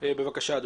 בבקשה.